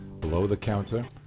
below-the-counter